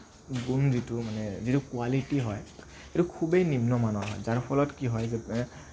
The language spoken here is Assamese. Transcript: গুণ যিটো মানে যিটো কুৱালিটি হয় সেইটো খুবেই নিম্নমানৰ হয় যাৰ ফলত কি হয় যেনে